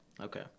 Okay